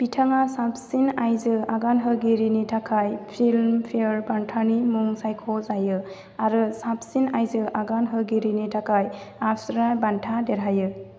बिथाङा साबसिन आइजो आगान होगिरिनि थाखाय फिल्म फेयार बान्थानि मुं सायख'जायो आरो साबसिन आइजो आगान होगिरिनि थाखाय आस्रा बान्था देरहायो